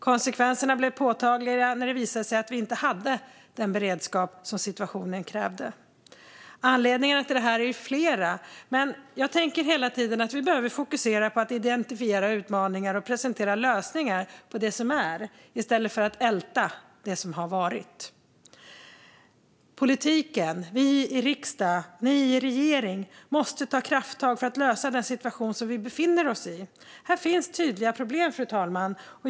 Konsekvenserna blev påtagliga när det visade sig att vi inte hade den beredskap som situationen krävde. Anledningarna till det är flera, men jag tänker att vi hela tiden behöver fokusera på att identifiera utmaningarna och presentera lösningar på det som är i stället för att älta det som har varit. Politiken, vi i riksdagen och ni i regeringen, måste ta krafttag för att lösa den situation vi befinner oss i. Här finns tydliga problem, fru talman.